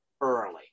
early